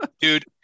dude